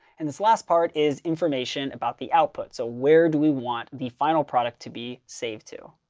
and this last part is information about the output. so where do we want the final product to be saved to?